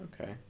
okay